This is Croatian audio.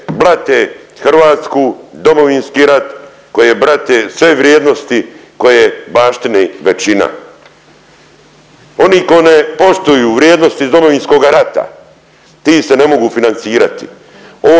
koje blate Hrvatsku, Domovinski rat, koje blate sve vrijednosti koje baštini većina. Oni koji ne poštuju vrijednosti iz Domovinskoga rata ti se ne mogu financirati.